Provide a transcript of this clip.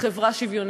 לחברה שוויונית.